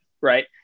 right